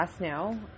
now